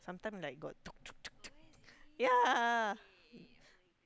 sometime got like yeah